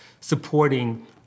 supporting